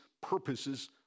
purposes